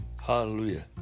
Hallelujah